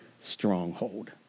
stronghold